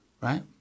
right